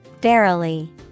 Verily